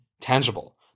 tangible